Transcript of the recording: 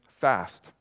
fast